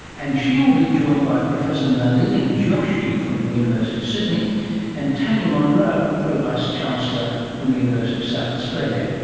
and she will be joined by professor nalini joshi from the university of sydney and tanya monro, pro vice chancellor from the university of south australia,